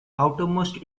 outermost